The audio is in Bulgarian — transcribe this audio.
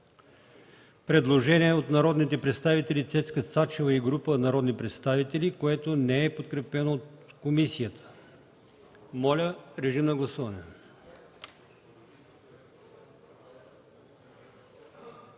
предложението на народния представител Цецка Цачева и група народни представители, което не е подкрепено от комисията. Гласували